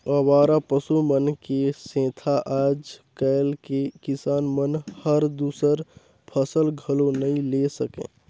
अवारा पसु मन के सेंथा आज कायल के किसान मन हर दूसर फसल घलो नई ले सके